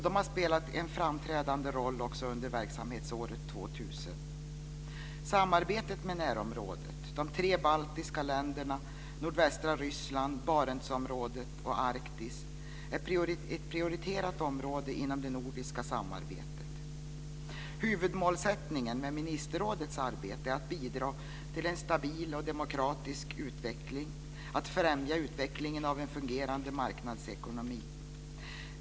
De har spelat en framträdande roll också under verksamhetsåret 2000. Samarbetet med närområdet - de tre baltiska länderna, nordvästra Ryssland, Barentsområdet och Arktis - är ett prioriterat område inom det nordiska samarbetet. Huvudmålsättningen med ministerrådets arbete är att bidra till en stabil och demokratisk utveckling och att främja utvecklingen av en fungerande marknadsekonomi.